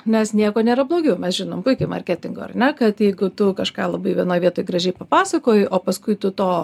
nes nieko nėra blogiau mes žinom puikiai marketingo ar ne kad jeigu tu kažką labai vienoj vietoj gražiai papasakojai o paskui tu to